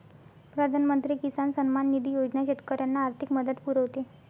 प्रधानमंत्री किसान सन्मान निधी योजना शेतकऱ्यांना आर्थिक मदत पुरवते